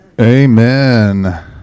Amen